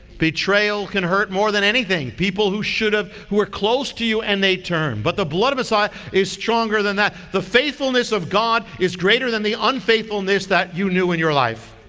betrayal can hurt more than anything. people who should have, who are close to you and they turn but the blood of messiah is stronger than that. the faithfulness of god is greater than the unfaithfulness that you knew in your life.